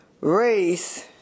race